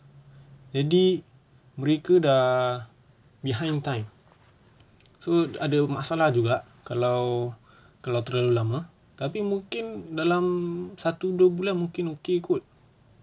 jadi mereka dah behind time so ada masalah juga kalau kalau terlalu lama tapi mungkin dalam satu dua bulan mungkin okay kut